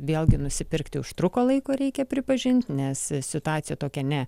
vėlgi nusipirkti užtruko laiko reikia pripažint nes situacija tokia ne